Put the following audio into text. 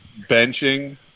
benching